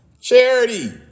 charity